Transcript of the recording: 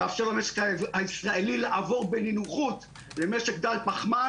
מאפשר למשק הישראלי לעבור בנינוחות למשק דל פחמן